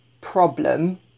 problem